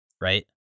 right